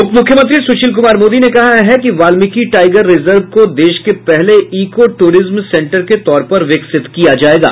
उप मुख्यमंत्री सुशील कुमार मोदी ने कहा है कि वाल्मीकि टाइगर रिजर्व को देश के पहले ईको टूरिज्म सेंटर के तौर पर विकसित किया जायेगा